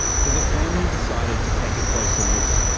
so the family decided to take a closer look.